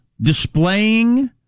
displaying